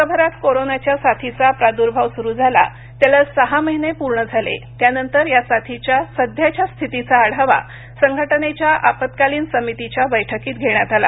जगभरात कोरोनाच्या साथीचा प्रादुर्भाव सुरू झाला त्याला सहा महिने पूर्ण झाले त्यानंतर या साथीच्या सध्याच्या स्थितीचा आढावा संघटनेच्या आपत्कालीन समितीच्या बैठकीत घेण्यात आला